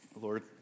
Lord